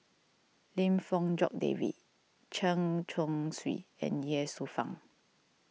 Lim Fong Jock David Chen Chong Swee and Ye Shufang